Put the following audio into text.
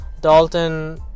Dalton